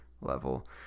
level